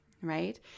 right